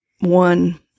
one